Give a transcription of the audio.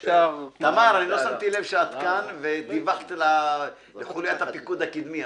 אני לא שמתי לב שאת כאן ודיווחת לחוליית הפיקוד הקדמי.